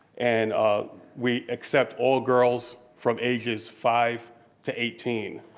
and we accept all girls from ages five to eighteen,